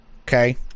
Okay